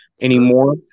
anymore